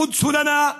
ירושלים היא שלנו,